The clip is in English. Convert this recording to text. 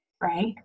right